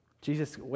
Jesus